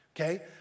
okay